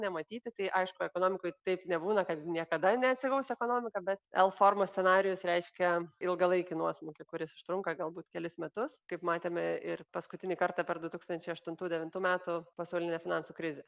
nematyti tai aišku ekonomikoj taip nebūna kad niekada neatsigaus ekonomika bet l formos scenarijus reiškia ilgalaikį nuosmukį kuris užtrunka galbūt kelis metus kaip matėme ir paskutinį kartą per du tūkstančiai aštuntų devintų metų pasaulinę finansų krizę